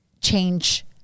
change